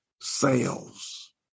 sales